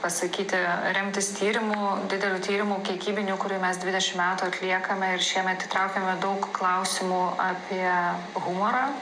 pasakyti remtis tyrimu dideliu tyrimu kiekybiniu kurį mes dvidešim metų atliekame ir šiemet įtraukėme daug klausimų apie humorą